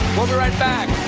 we'll be right back!